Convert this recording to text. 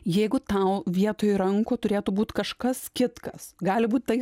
jeigu tau vietoj rankų turėtų būt kažkas kitkas gali būt tai